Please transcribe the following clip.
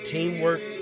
Teamwork